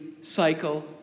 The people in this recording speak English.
cycle